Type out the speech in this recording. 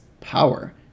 power